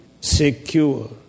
secure